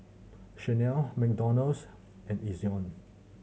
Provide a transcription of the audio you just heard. Chanel McDonald's and Ezion